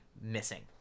missing